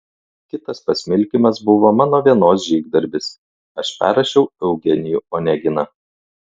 kitas pasmilkymas buvo mano vienos žygdarbis aš perrašiau eugenijų oneginą